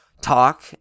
talk